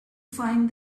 find